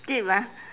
skip ah